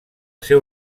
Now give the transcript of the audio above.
seu